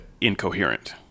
incoherent